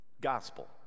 gospel